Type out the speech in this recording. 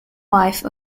wife